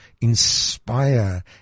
inspire